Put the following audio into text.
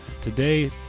Today